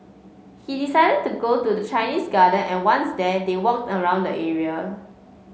he decided to go to the Chinese Garden and once there they walked around the area